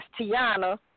Tiana